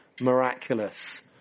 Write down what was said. miraculous